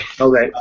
Okay